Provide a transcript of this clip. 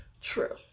True